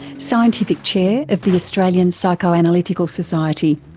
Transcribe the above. scientific chair of the australian psychoanalytic ah society.